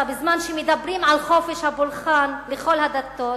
בזמן שמדברים על חופש הפולחן לכל הדתות,